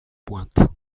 pointe